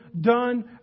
done